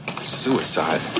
Suicide